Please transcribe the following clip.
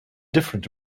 different